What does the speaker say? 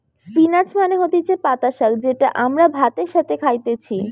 spinach মানে হতিছে পাতা শাক যেটা আমরা ভাতের সাথে খাইতেছি